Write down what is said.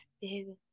behavior